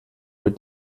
mit